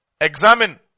examine